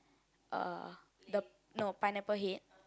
uh the no Pineapple Head